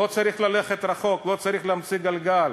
לא צריך ללכת רחוק, לא צריך להמציא את הגלגל.